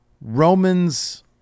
Romans